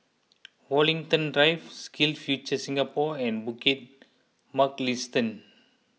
Woollerton Drive SkillsFuture Singapore and Bukit Mugliston